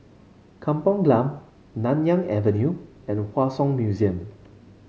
Kampong Glam Nanyang Avenue and Hua Song Museum